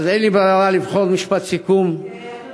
אז אין לי ברירה אלא לבחור משפט סיכום ולומר,